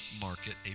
market